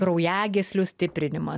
kraujagyslių stiprinimas